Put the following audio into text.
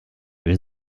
wir